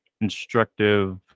instructive